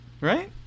right